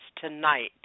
tonight